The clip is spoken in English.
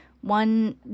one